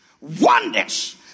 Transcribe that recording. wonders